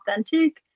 authentic